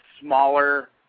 smaller